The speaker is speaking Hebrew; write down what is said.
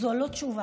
זו לא תשובה.